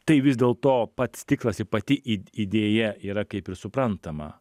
tai vis dėl to pats tiklasir pati idėja yra kaip ir suprantama